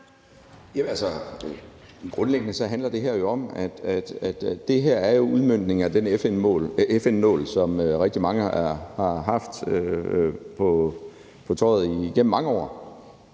Grundlæggende handler det her jo om, at det her er udmøntningen af målene på den FN-nål, som rigtig mange har haft på tøjet igennem mange år.